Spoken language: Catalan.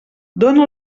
dóna